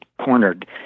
cornered